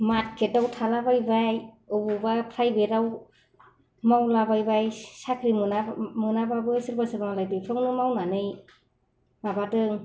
मार्केटआव थाला बायबाय बबावबा प्राइभेटाव मावलाबायबाय साख्रि मोनाब्लाबो सोरबा सोरबा मालाय बेफोरावनो मावनानै माबादों